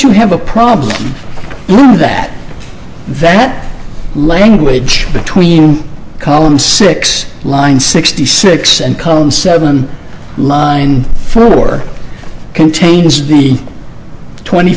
you have a problem that that language between column six lines sixty six and cone seven nine four contains the twenty